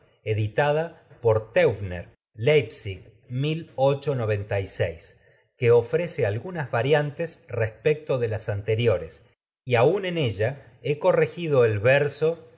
re censión de guillermo dindorf editada por teubner que ofrece algunas variantes respecto de las anteriores y aun en ella he corre gido el ipaxúei del verso